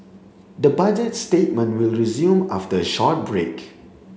the Budget statement will resume after a short break